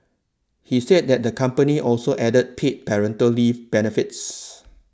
he said that the company also added paid parental leave benefits